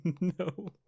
no